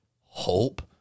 hope